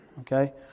Okay